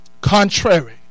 Contrary